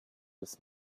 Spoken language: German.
des